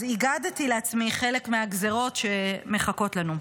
אז איגדתי לעצמי חלק מהגזרות שמחכות לנו.